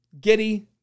Giddy